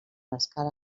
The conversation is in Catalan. escala